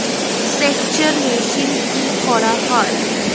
সেকচার মেশিন কি করা হয়?